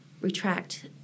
retract